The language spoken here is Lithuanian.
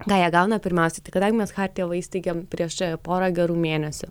ką jie gauna pirmiausiai tai kadangi mes chartiją va įsteigėm prieš porą gerų mėnesių